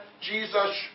Jesus